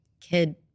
kid